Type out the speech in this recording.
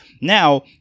Now